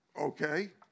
Okay